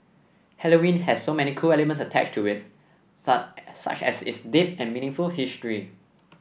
Halloween has so many cool elements attached to it such as its deep and meaningful history